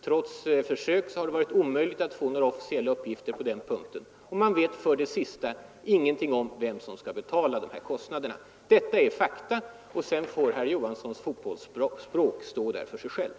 Trots försök har det varit omöjligt att få några officiella uppgifter på den punkten. Och man vet, till sist, ingenting om vem som skall betala kostnaderna. Detta är fakta, och sedan får herr Johanssons fotbollsspråk stå för sig självt.